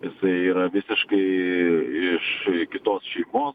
jisai yra visiškai iš kitos šeimos